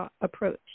approach